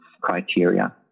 criteria